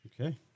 okay